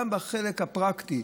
גם בחלק הפרקטי,